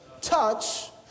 touch